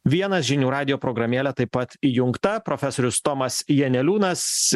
vienas žinių radijo programėlė taip pat įjungta profesorius tomas janeliūnas